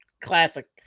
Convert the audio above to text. Classic